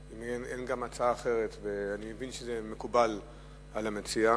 אין גם הצעה אחרת, ואני מבין שזה מקובל על המציע.